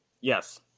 Yes